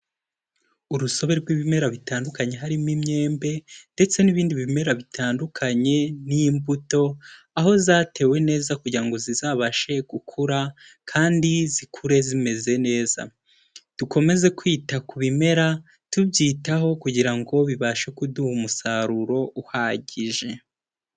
Urusobe rw'ibimera bitandukanye harimo imyembe ndetse n'ibindi bimera bitandukanye n'imbuto, aho zatewe neza kugira ngo zizabashe gukura kandi zikure zimeze neza, dukomeze kwita ku bimera tubyitaho kugira ngo bibashe kuduha umusaruro uhagije.